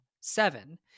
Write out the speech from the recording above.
seven